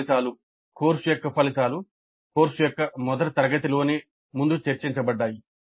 course ఫలితాలు course యొక్క ఫలితాలు కోర్సు యొక్క మొదటి తరగతిలోనే ముందు చర్చించబడ్డాయి